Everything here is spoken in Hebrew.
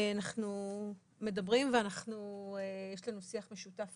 אנחנו מדברים ויש לנו שיח משותף